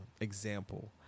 example